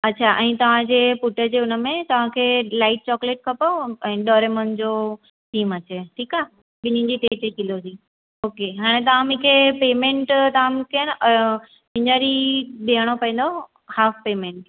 अच्छा ऐं तव्हांजे पुट जे हुन में तव्हांखे लाइट चॉकलेट खपेव ऐं डोरेमॉन जो थीम अचे ठीकु आहे ॿिन्हिनि जी टे टे किलो जी ओके हाणे तव्हां मूंखे पेमेंट तव्हां मूंखे आहिनि हींअर ई ॾियणो पवंदव हाफ़ पेमेंट